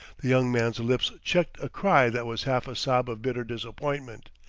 the young man's lips checked a cry that was half a sob of bitter disappointment.